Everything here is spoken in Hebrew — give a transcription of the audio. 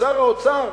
לשר האוצר: